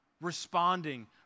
responding